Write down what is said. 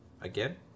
again